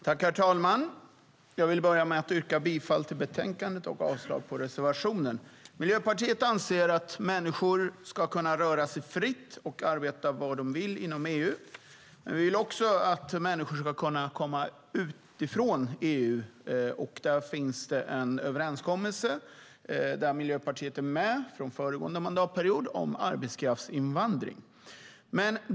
Herr talman! Jag vill börja med att yrka bifall till förslaget i betänkandet och avslag på reservationen. Miljöpartiet anser att människor ska kunna röra sig fritt och arbeta var de vill inom EU. Vi vill också att människor ska kunna komma utifrån EU, och där finns det en överenskommelse från föregående mandatperiod om arbetskraftsinvandring som Miljöpartiet är med i.